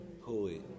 holy